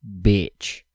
bitch